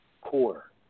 core